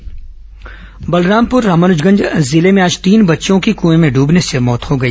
दुर्घटना बलरामपुर रामानुजगंज जिले में आज तीन बच्चियों की कुएं में डूबने से मौत हो गई